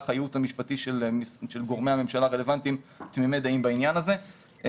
הייעוץ המשפטי של גורמי הממשלה הרלוונטיים תמימי דעים בעניין הזה.